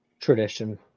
Tradition